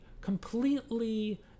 completely